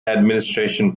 administration